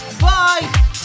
bye